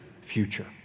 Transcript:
future